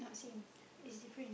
not same it's different